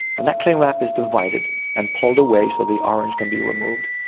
and that cling wrap is divided and pulled away so the orange can be removed.